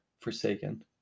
Forsaken